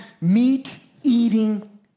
meat-eating